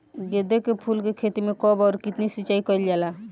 गेदे के फूल के खेती मे कब अउर कितनी सिचाई कइल जाला?